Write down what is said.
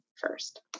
first